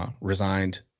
resigned